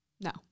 No